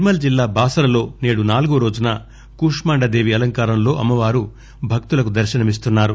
నిర్మల్ జిల్లా బాసర లో సేడు నాలుగో రోజున కూష్మాండదేవి అలంకారం లో అమ్మవారు భక్తులకు దర్శనమిస్తున్నారు